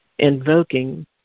invoking